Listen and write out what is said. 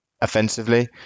offensively